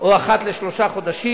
או אחת לשלושה חודשים,